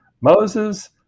Moses